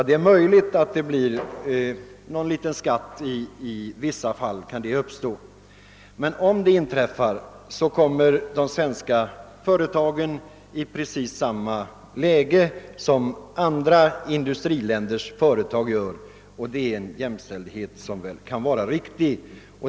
Det är möjligt att det i vissa fall blir någon liten skatt, men om det inträffar hamnar de svenska företagen i precis samma läge som andra industriländers företag, och den jämställdheten kan väl vara riktig.